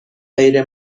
غیر